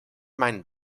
meinen